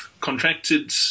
contracted